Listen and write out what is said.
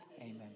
Amen